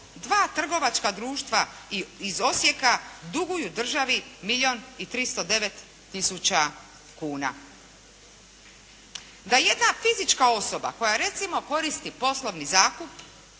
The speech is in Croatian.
dva trgovačka društva iz Osijeka duguju državi milijun i 309 tisuća kuna. Da jedna fizička osoba koja recimo koristi poslovni